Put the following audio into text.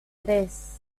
tres